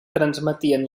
transmetien